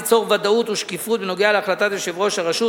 כדי ליצור ודאות ושקיפות בכל הקשור להחלטת יושב-ראש הרשות,